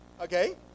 Okay